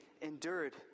endured